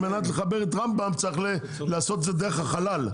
על מנת לחבר את רמב"ם צריך לעשות את זה דרך החלל,